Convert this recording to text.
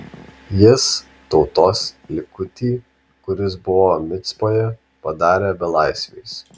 jis tautos likutį kuris buvo micpoje padarė belaisviais